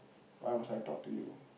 why must I talk to you